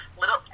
little